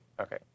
okay